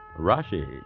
Rashi